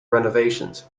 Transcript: renovations